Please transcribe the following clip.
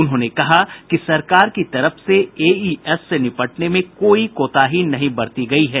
उन्होंने कहा कि सरकार की तरफ से एईएस से निपटने में कोई कोताही नहीं बरती गयी है